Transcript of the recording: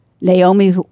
Naomi